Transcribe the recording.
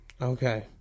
Okay